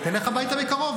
תלך הביתה בקרוב.